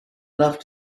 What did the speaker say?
enough